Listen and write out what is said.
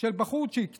של בחורצ'יק צעיר,